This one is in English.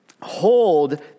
hold